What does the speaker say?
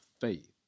faith